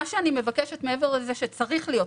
אני מבקשת מעבר לזה שצריך להיות,